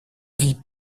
vis